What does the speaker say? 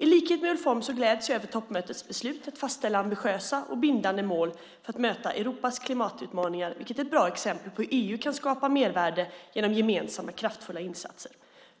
I likhet med Ulf Holm gläds jag över toppmötets beslut att fastställa ambitiösa och bindande mål för att möta Europas klimatutmaningar, vilket är ett bra exempel på hur EU kan skapa mervärde genom gemensamma, kraftfulla insatser.